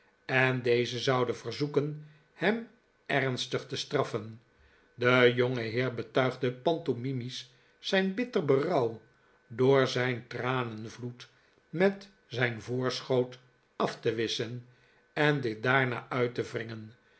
en deze zouden verzoeken hem ernstig te straffen de jongeheer betuigde pantomimisch zijn bitter berouw door zijn tranenvloed met zijn voorschoot af te wisschen en dit daarna uit te wringen